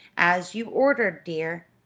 as you ordered, dear,